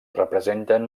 representen